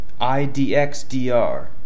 IDXDR